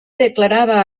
declarava